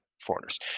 foreigners